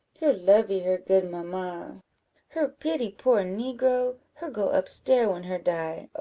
her lovee her good mamma her pity poor negro her go up stair when her die.